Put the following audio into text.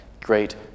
great